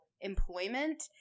employment